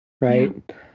Right